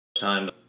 time